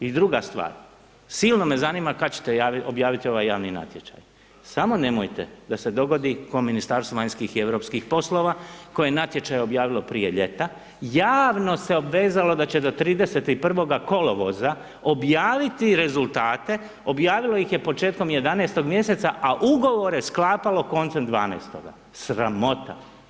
I druga stvar, silno me zanima kad ćete objaviti ovaj javni natječaj samo nemojte da se dogodi kao Ministarstvu vanjskih i europskih poslova koje je natječaj objavilo prije ljeta, javno se obvezalo da će do 31. kolovoza objaviti rezultate, objavilo ih je početkom 11. mj. a ugovore sklapalo koncem 12., sramota.